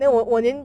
mm